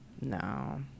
no